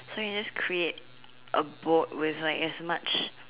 so you just create a boat with like as much